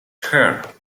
here